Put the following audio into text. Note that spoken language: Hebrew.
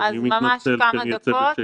אני מתנצל שאצא.